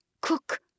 Cook